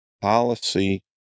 policy